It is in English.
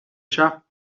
chap